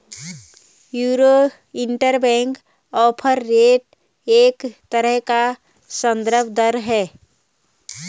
euro interbank offer rate एक तरह का सन्दर्भ दर है